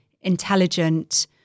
intelligent